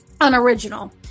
unoriginal